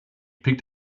picked